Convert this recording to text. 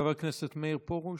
חבר הכנסת מאיר פרוש,